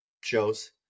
shows